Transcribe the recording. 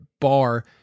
bar